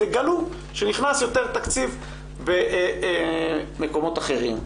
תגלו שנכנס יותר תקציב במקומות אחרים.